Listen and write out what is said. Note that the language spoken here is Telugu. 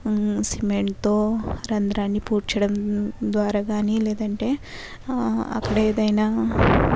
సెమెంటుతో రంద్రాన్ని పూడ్చడం ద్వారా గాని లేదంటే అక్కడ ఏదైనా